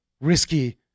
risky